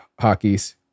Hockey's